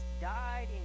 died